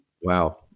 Wow